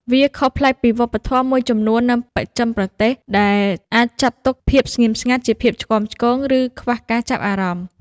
វាខុសប្លែកពីវប្បធម៌មួយចំនួននៅបស្ចិមប្រទេស ដែលអាចចាត់ទុកភាពស្ងៀមស្ងាត់ជាភាពឆ្គាំឆ្គង ឬខ្វះការចាប់អារម្មណ៍។